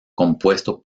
compuesto